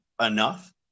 enough